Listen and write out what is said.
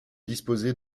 disposer